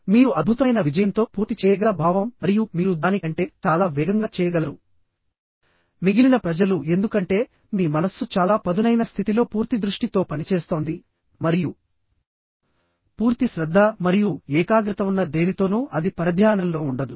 మీరు అద్భుతమైన విజయంతో పూర్తి చేయగల భావం మరియు మీరు దాని కంటే చాలా వేగంగా చేయగలరు మిగిలిన ప్రజలు ఎందుకంటే మీ మనస్సు చాలా పదునైన స్థితిలో పూర్తి దృష్టి తో పనిచేస్తోంది మరియు పూర్తి శ్రద్ధ మరియు ఏకాగ్రత ఉన్న దేనితోనూ అది పరధ్యానంలో ఉండదు